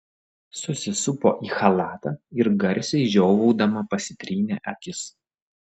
susisupo į chalatą ir garsiai žiovaudama pasitrynė akis